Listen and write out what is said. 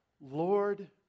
Lord